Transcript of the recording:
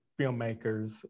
filmmakers